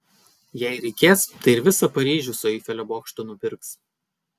jei reikės tai ir visą paryžių su eifelio bokštu nupirks